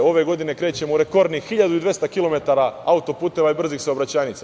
Ove godine krećemo u rekordnih 1.200 km auto-puteva i brzih saobraćajnica.